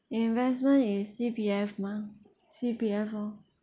investment is C_P_F mah C_P_F loh